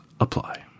apply